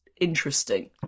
interesting